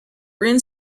green